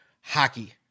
hockey